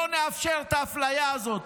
לא נאפשר את האפליה הזאת.